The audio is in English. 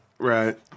Right